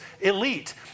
elite